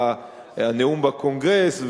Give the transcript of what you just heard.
והנאום בקונגרס,